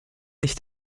nicht